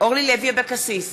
אורלי לוי אבקסיס,